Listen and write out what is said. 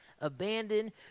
abandoned